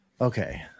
okay